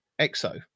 exo